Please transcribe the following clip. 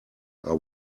are